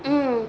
um